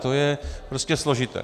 To je prostě složité.